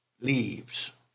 Leaves